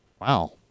Wow